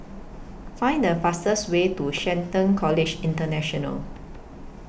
Find The fastest Way to Shelton College International